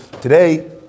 today